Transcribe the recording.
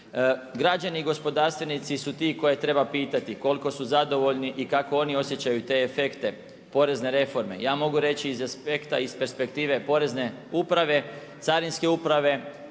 Građani i gospodarstvenici su ti koje treba pitati, koliko su zadovoljni i kako oni osjećaju te efekte, porezne reforme, ja mogu reći iz aspekta iz perspektive Porezne uprave, carinske uprave,